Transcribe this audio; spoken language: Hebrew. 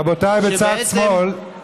רבותיי בצד שמאל,